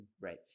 right